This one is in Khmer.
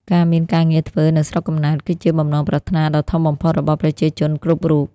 ការមានការងារធ្វើនៅស្រុកកំណើត គឺជាបំណងប្រាថ្នាដ៏ធំបំផុតរបស់ប្រជាជនគ្រប់រូប។